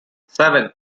seven